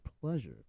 pleasure